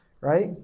right